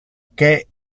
que